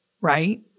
Right